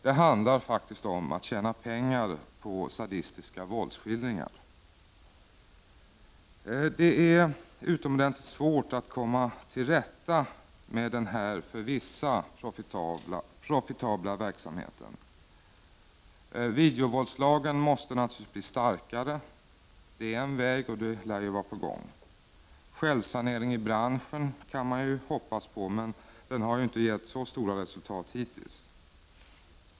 Det handlar faktiskt om att tjäna pengar på sadistiska våldsskildringar. Det är utomordentligt svårt att komma till rätta med denna för vissa profitabla verksamhet. Videovåldslagen måste naturligtvis bli starkare. Det är en väg, och detta lär vara på gång. Självsanering i branschen kan man ju hoppas på, men den har inte gett så stora resultat hittills.